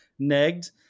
negged